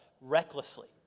recklessly